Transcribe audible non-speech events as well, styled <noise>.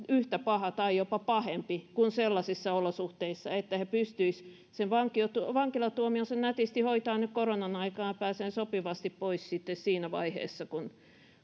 <unintelligible> yhtä paha tai jopa pahempi kuin sellaisissa olosuhteissa että he pystyisivät sen vankilatuomionsa nätisti hoitamaan nyt koronan aikana ja pääsisivät sopivasti pois sitten siinä vaiheessa kun